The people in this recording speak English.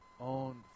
own